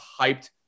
hyped